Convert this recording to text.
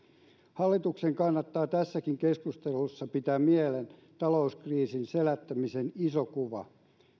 hallituksen kannattaa tässäkin keskustelussa pitää mielessä talouskriisin selättämisen iso kuva